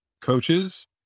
coaches